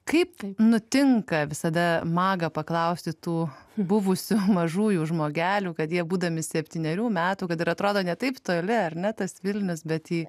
kaip nutinka visada maga paklausti tų buvusių mažųjų žmogelių kad jie būdami septynerių metų kad ir atrodo ne taip toli ar ne tas vilnius bet į